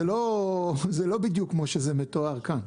זה לא בדיוק כמו שזה מתואר כאן.